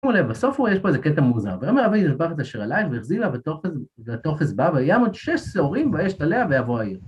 תשימו לב, בסוף הוא רואה, יש פה איזה קטע מוזר. ויאמר הביאי המטפחת אשר עלייך ואחזי בה, ותאחז בה, וימוד שש שעורים וישת עליה, ויבוא העיר.